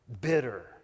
bitter